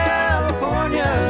California